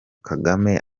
kagame